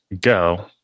Go